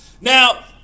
Now